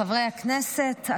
חברי הכנסת,